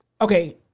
okay